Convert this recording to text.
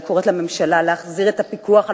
אני קוראת לממשלה להחזיר את הפיקוח על